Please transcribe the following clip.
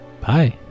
Bye